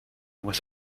with